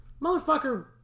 Motherfucker